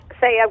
say